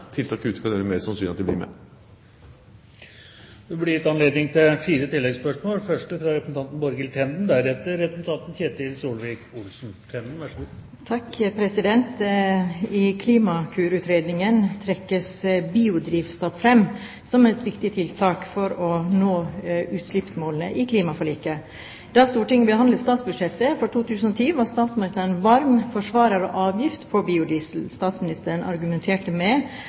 Tiltak ute kan gjøre det mer sannsynlig at de blir med. Det blir gitt anledning til fire oppfølgingsspørsmål – først Borghild Tenden. I Klimakur-utredningen trekkes biodrivstoff fram som et viktig tiltak for å nå utslippsmålene i klimaforliket. Da Stortinget behandlet statsbudsjettet for 2010, var statsministeren varm forsvarer av avgift på biodiesel. Statsministeren argumenterte med